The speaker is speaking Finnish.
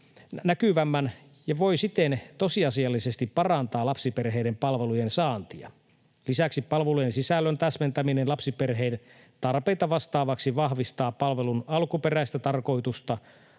näkyvämmän ja voi siten tosiasiallisesti parantaa lapsiperheiden palvelujen saantia. Lisäksi palvelujen sisällön täsmentäminen lapsiperheen tarpeita vastaavaksi vahvistaa palvelun alkuperäistä tarkoitusta